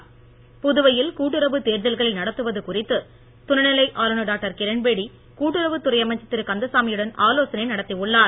் புதுவையில் கூட்டுறவு தேர்தல்களை நடத்துவது குறித்து துணை நிலை ஆளுநர் டாக்டர் கிரண்பேடி கூட்டுறவுத் துறை அமைச்சர் திரு கந்தசாமியுடன் ஆலோசனை நடத்தி உள்ளார்